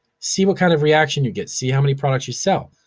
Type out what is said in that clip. see what kind of reaction you get, see how many products you sell.